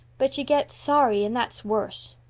but you get sorry, and that's worse.